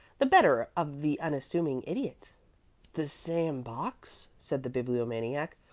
the better of the unassuming idiot the same box? said the bibliomaniac.